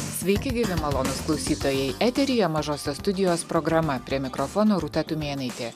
sveiki malonūs klausytojai eteryje mažosios studijos programa prie mikrofono rūta tumėnaitė